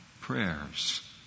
prayers